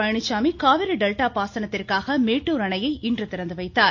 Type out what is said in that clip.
Palaniswami Kaveri delta பாசனத்திற்காக மேட்டுர் அணையை இன்று திறந்துவைத்தார்